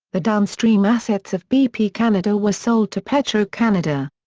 the downstream assets of bp canada were sold to petro canada.